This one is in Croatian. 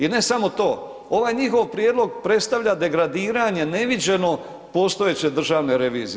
I ne samo to, ovaj njihov prijedlog predstavlja degradiranje neviđeno postojeće Državne revizije.